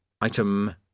item